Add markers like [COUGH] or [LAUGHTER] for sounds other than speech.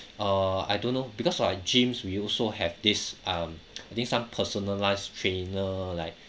uh I don't know because for our gyms we also have this um [NOISE] I think some personalised trainer like